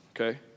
okay